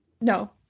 No